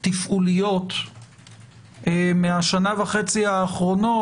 תפעוליות מהשנה וחצי האחרונות,